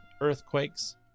earthquakes